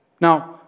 Now